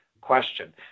question